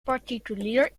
particulier